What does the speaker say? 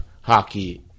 hockey